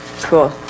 cool